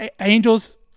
Angels